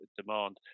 demand